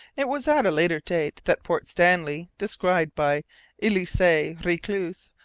it was at a later date that port stanley described by elisee reclus,